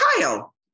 Kyle